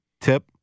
Tip